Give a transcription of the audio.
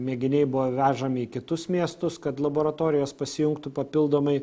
mėginiai buvo vežami į kitus miestus kad laboratorijos pasijungtų papildomai